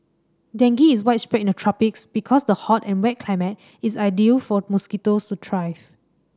dengue is widespread in the tropics because the hot and wet climate is ideal for mosquitoes to thrive